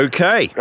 Okay